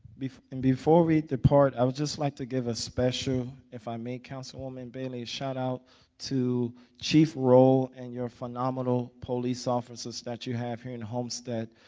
and before we depart, i would just like to give a special, if i may councilwoman bailey, a shout out to chief rolle and your phenomenal police officers that you have here in homestead.